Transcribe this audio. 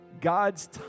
God's